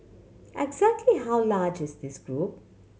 exactly how large is this group